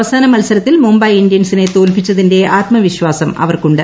അവസാന മത്സരത്തിൽ മുംബൈ ഇന്ത്യൻസിനെ തോൽപ്പിച്ചതിന്റെ ആത്മവിശ്വാസം അവർക്കുണ്ട്